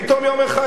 פתאום יום אחד,